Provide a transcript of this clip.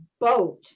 boat